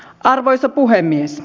arvoisa puhemies